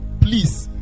Please